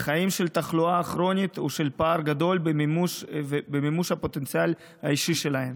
לחיים של תחלואה כרונית ושל פער גדול ממימוש הפוטנציאל האישי שלהם.